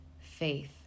faith